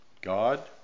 God